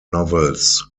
novels